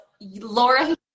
Laura